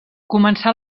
començà